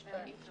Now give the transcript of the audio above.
יש בעיה.